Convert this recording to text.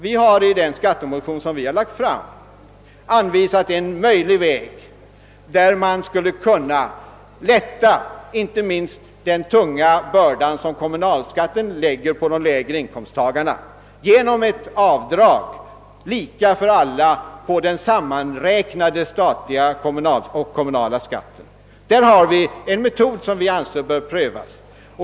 Vi har i vår skattemotion anvisat en möjlighet att lätta inte minst den tunga börda som kommunalskatten lägger på de lägre inkomsttagarna genom ett avdrag lika för alla på den sammanräknade statliga eller kommunala skatten. Vi föreslår därvidlag en metod som vi anser bör prövas.